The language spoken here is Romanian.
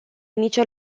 nicio